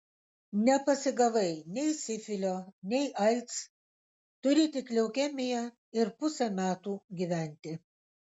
nepasigavai nei sifilio nei aids turi tik leukemiją ir pusę metų gyventi